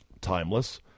timeless